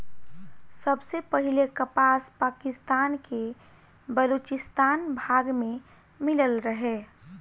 सबसे पहिले कपास पाकिस्तान के बलूचिस्तान भाग में मिलल रहे